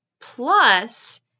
plus